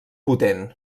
potent